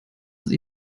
sie